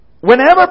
whenever